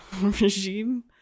Regime